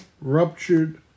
ruptured